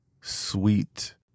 sweet